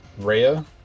Raya